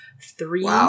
Three